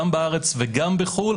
גם בארץ וגם בחוץ לארץ,